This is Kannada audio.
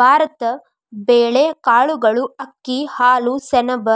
ಭಾರತ ಬೇಳೆ, ಕಾಳುಗಳು, ಅಕ್ಕಿ, ಹಾಲು, ಸೆಣಬ